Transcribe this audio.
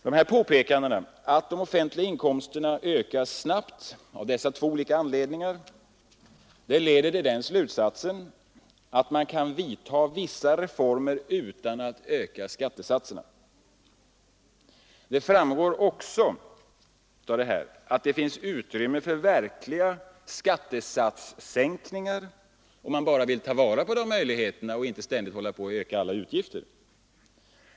Dessa påpekanden, att de offentliga inkomsterna ökar snabbt av dessa två olika anledningar, leder till slutsatsen att man kan vidta vissa reformer utan att öka skattesatserna. Det framgår också av detta att det finns utrymme för verkliga skattesatssänkningar om man bara vill ta vara på möjligheterna och inte ständigt ökar alla utgifter.